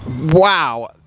Wow